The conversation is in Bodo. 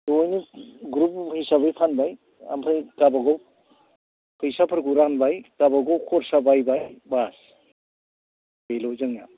जयैनो ग्रुप हिसाबै फानबाय ओमफ्राय गावबागाव फैसाफोरखौ रानबाय गावबागाव खरसा बायबाय बास बेल' जोंनिया